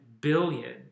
billion